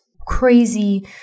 crazy